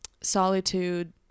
solitude